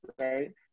right